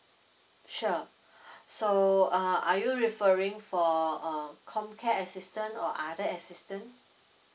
sure so uh are you referring for uh comcare assistant or other assistant